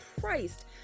Christ